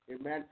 amen